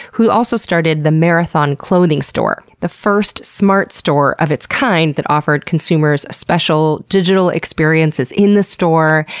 who also started the marathon clothing store, the first smart store of its kind that offered consumers special digital experiences in the store,